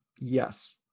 Yes